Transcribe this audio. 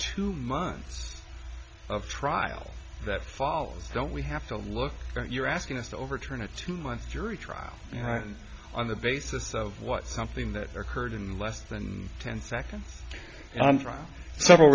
two months of trial that fall don't we have to look at you're asking us to overturn a two month jury trial and on the basis of what something that occurred in less than ten seconds i'm trying several